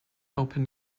open